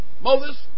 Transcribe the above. Moses